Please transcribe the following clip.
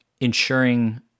ensuring